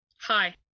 Hi